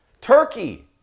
Turkey